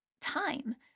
time